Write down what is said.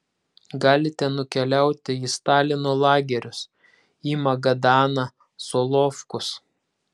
galite nukeliauti į stalino lagerius į magadaną solovkus